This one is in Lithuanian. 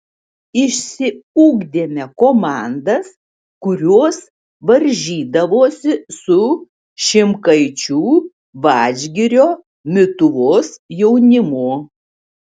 išsiugdėme komandas kurios varžydavosi su šimkaičių vadžgirio mituvos jaunimu